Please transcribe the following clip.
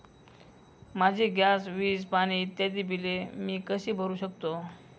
माझी गॅस, वीज, पाणी इत्यादि बिले मी कशी भरु शकतो?